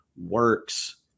works